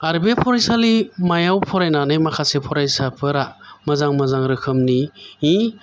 आरो बे फरायसालिमायाव फरायनानै माखासे फरायसाफोरा मोजां मोजां रोखोमनि